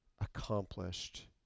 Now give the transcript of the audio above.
accomplished